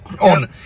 On